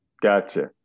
gotcha